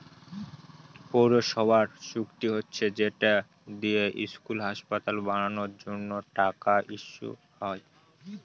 পৌরসভার চুক্তি হচ্ছে যেটা দিয়ে স্কুল, হাসপাতাল বানানোর জন্য টাকা ইস্যু হয়